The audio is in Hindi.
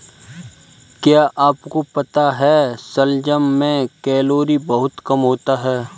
क्या आपको पता है शलजम में कैलोरी बहुत कम होता है?